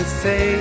say